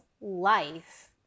life